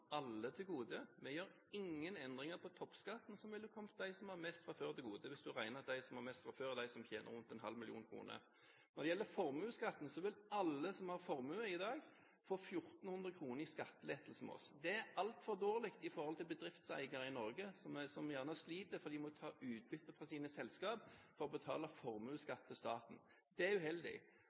alle til gode. Vi gjør ingen endringer i toppskatten, som ville kommet dem som har mest fra før, til gode, hvis man regner med at de som har mest fra før, er dem som tjener rundt en halv million kroner. Når det gjelder formuesskatten, vil alle som har formue i dag, få 1 400 kr i skattelettelse med oss. Det er altfor dårlig i forhold til bedriftseiere i Norge som gjerne sliter fordi de må ta utbytte fra sine selskaper for å betale formuesskatt til staten. Det er uheldig.